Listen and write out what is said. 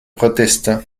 protestant